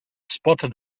spotted